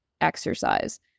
exercise